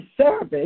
service